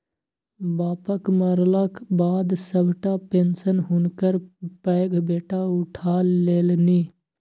बापक मरलाक बाद सभटा पेशंन हुनकर पैघ बेटा उठा लेलनि